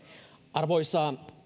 arvoisa